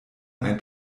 ein